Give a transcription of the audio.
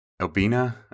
Albina